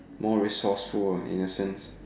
more resourceful in a sense